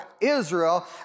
Israel